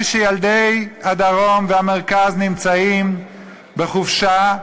כשילדי הדרום והמרכז נמצאים בחופשה,